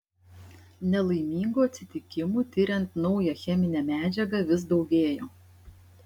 nelaimingų atsitikimų tiriant naują cheminę medžiagą vis daugėjo